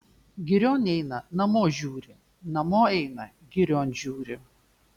girion eina namo žiūri namo eina girion žiūri